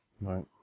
Right